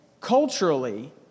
culturally